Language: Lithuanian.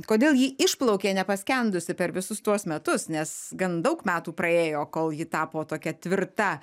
kodėl ji išplaukė nepaskendusi per visus tuos metus nes gan daug metų praėjo kol ji tapo tokia tvirta